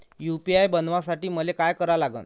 UPI बनवासाठी मले काय करा लागन?